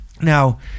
Now